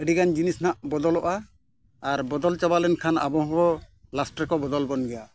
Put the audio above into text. ᱟᱹᱰᱤᱜᱟᱱ ᱡᱤᱱᱤᱥ ᱱᱟᱦᱟᱜ ᱵᱚᱫᱚᱞᱚᱜᱼᱟ ᱟᱨ ᱵᱚᱫᱚᱞ ᱪᱟᱵᱟ ᱞᱮᱱᱠᱷᱟᱱ ᱟᱵᱚ ᱦᱚᱸᱵᱚ ᱨᱮᱠᱚ ᱵᱚᱫᱚᱞ ᱵᱚᱱ ᱜᱮᱭᱟ